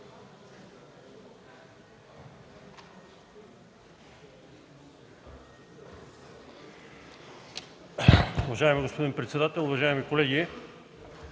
Уважаеми господин председател, уважаеми колеги!